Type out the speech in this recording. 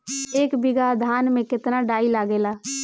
एक बीगहा धान में केतना डाई लागेला?